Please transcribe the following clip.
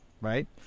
right